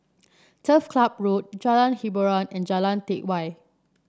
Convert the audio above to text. Turf Club Road Jalan Hiboran and Jalan Teck Whye